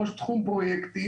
ראש תחום פרויקטים.